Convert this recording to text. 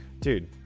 dude